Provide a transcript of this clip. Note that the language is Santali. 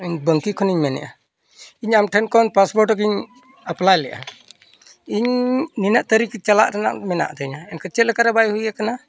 ᱤᱧ ᱵᱟᱝᱠᱤ ᱠᱷᱚᱱᱤᱧ ᱢᱮᱱᱮᱫᱼᱟ ᱤᱧ ᱟᱢ ᱴᱷᱮᱱ ᱠᱷᱚᱱ ᱯᱟᱥᱯᱳᱨᱴ ᱞᱟᱹᱜᱤᱫ ᱤᱧ ᱮᱯᱞᱟᱭ ᱞᱮᱜᱼᱟ ᱤᱧ ᱱᱤᱱᱟᱹᱜ ᱛᱟᱹᱨᱤᱠᱷ ᱪᱟᱞᱟᱜ ᱨᱮᱱᱟᱜ ᱢᱮᱱᱟᱜ ᱛᱤᱧᱟᱹ ᱮᱱᱠᱷᱟᱱ ᱪᱮᱫ ᱞᱮᱠᱟᱨᱮ ᱵᱟᱭ ᱦᱩᱭ ᱠᱟᱱᱟ